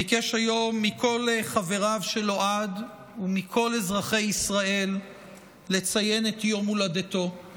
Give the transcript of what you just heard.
ביקש היום מכל חבריו של אוהד ומכל אזרחי ישראל לציין את יום הולדתו.